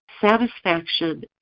satisfaction